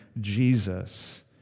Jesus